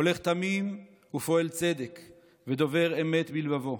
הולך תמים ופעל צדק ודבר אמת בלבבו.